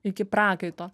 iki prakaito